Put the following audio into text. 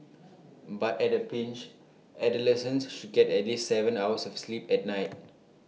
but at A pinch adolescents should get at least Seven hours of sleep at night